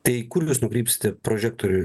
tai kur jūs nukreipsite prožektorių